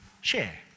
share